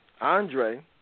Andre